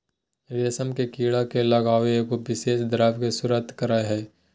रेशम के कीड़ा के लार्वा एगो विशेष द्रव के स्त्राव करय हइ